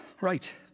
Right